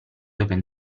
open